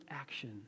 action